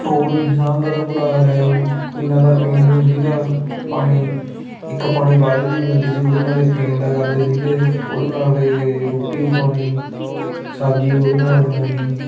ਹੋਰ ਇਨਸਾਨ ਦਾ ਤਾਂ ਬੁਰਾ ਹਾਲ ਹੈ ਓ ਕਿਉਂਕਿ ਨਾ ਤਾਂ ਪੀਣ ਨੂੰ ਸੀਗਾ ਪਾਣੀ ਇੱਕ ਪਾਣੀ ਬਾਲਟੀ ਦੀ ਮਿਲਦੀ ਸੀ ਉਹਦੇ ਨਾਲ ਹੀ ਪੀਣ ਦਾ ਕਰਦੇ ਸੀਗੇ ਉਹਦੇ ਨਾਲੇ ਰੋਟੀ ਪਾਣੀ ਸਬਜ਼ੀ ਉਹਦੇ ਨਾਲੇ ਬਣਾਉਣੀ